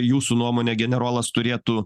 jūsų nuomone generolas turėtų